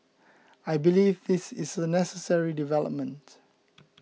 I believe this is a necessary development